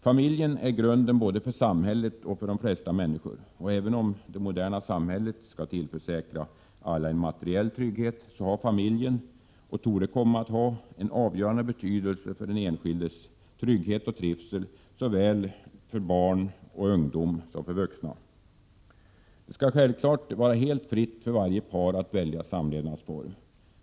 Familjen är grunden både för samhället och för de flesta människor. Även om det moderna samhället skall tillförsäkra alla en materiell trygghet, har familjen — och torde komma att ha — en avgörande betydelse för den enskildes trygghet och trivsel vad gäller såväl barn och ungdom som vuxna. Det skall självfallet vara helt fritt för varje par att välja samlevnadsform.